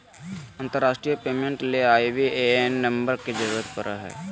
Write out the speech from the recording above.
अंतरराष्ट्रीय पेमेंट ले IBAN number के जरूरत पड़ो हय